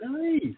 Nice